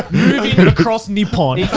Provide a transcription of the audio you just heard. moving across nipon.